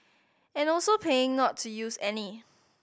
and also paying not to use any